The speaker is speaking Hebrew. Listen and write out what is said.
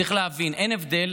צריך להבין: אין הבדל